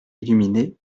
illuminé